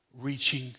reaching